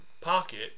pocket